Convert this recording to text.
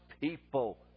people